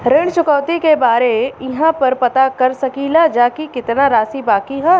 ऋण चुकौती के बारे इहाँ पर पता कर सकीला जा कि कितना राशि बाकी हैं?